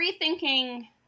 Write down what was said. rethinking